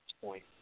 point